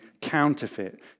counterfeit